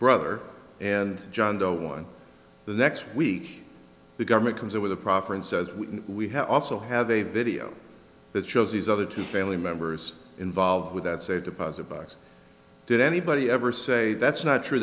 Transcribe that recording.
brother and john doe one the next week the government comes in with a proffer and says we have also have a video that shows these other two family members involved with that's a deposit box did anybody ever say that's not true